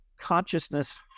consciousness